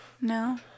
No